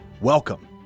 Welcome